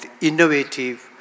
innovative